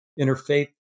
interfaith